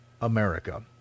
America